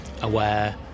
aware